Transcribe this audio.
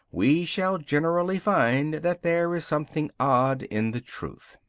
we shall generally find that there is something odd in the truth.